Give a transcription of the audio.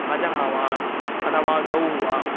अजः वा अथवा गौः वा